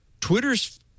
Twitter's